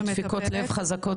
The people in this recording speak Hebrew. יש לי דפיקות לב חזקות,